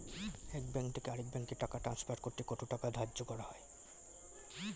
এক ব্যাংক থেকে আরেক ব্যাংকে টাকা টান্সফার করতে কত টাকা ধার্য করা হয়?